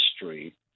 history